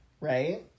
right